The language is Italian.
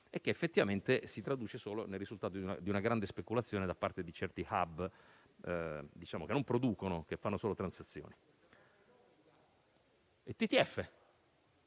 e che effettivamente si traduce solo nel risultato di una grande speculazione da parte di certi *hub* che non producono, ma fanno solo transazioni. Penso,